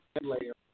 layer